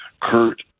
Kurt